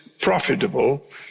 profitable